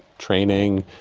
training,